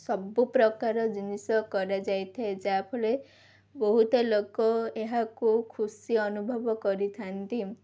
ସବୁପ୍ରକାର ଜିନିଷ କରାଯାଇଥାଏ ଯାହାଫଳରେ ବହୁତ ଲୋକ ଏହାକୁ ଖୁସି ଅନୁଭବ କରିଥାନ୍ତି